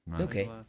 Okay